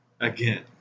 Again